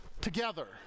together